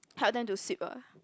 help them to sweep ah